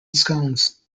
scones